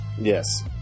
Yes